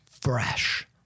fresh